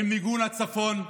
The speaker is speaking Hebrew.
אין מיגון לצפון,